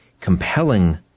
compelling